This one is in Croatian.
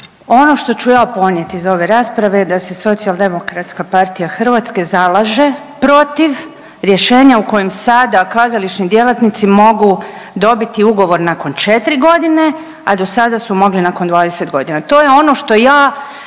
Ono što ću ja ponijeti iz ove rasprave je da se Socijaldemokratska partija Hrvatske zalaže protiv rješenja u kojim sada kazališni djelatnici mogu dobiti ugovor nakon četiri godine, a do sada su mogli nakon 20 godina. To je ono što ja